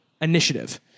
initiative